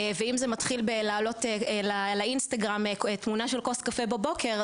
ואם זה מתחיל בלהעלות לאינסטגרם תמונה של כוס קפה בבוקר,